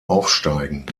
aufsteigen